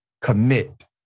commit